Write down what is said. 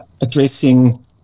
addressing